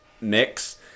mix